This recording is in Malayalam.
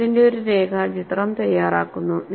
നിങ്ങൾ ഇതിന്റെ ഒരു രേഖാചിത്രം തയ്യാറാക്കുന്നു